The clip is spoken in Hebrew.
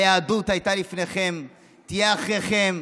היהדות הייתה לפניכם, תהיה אחריכם,